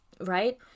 right